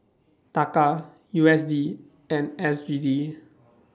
Taka U S D and S G D